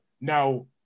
Now